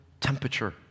temperature